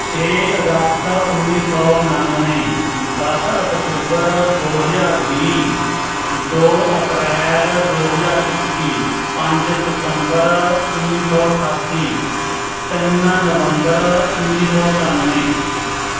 ਛੇ ਅਗਸਤ ਉੱਨੀ ਸੋ ਉਣਾਨਵੇਂ ਦਸ ਅਕਤੂਬਰ ਦੋ ਹਜਾਰ ਵੀਹ ਦੋ ਅਪ੍ਰੈਲ ਦੋ ਹਜਾਰ ਇੱਕੀ ਪੰਜ ਸਤੰਬਰ ਉਨੀ ਸੋ ਅਠਾਸੀ ਤਿੰਨ ਨਵੰਬਰ ਉੱਨੀ ਸੋ ਇਕਾਨਵੇਂ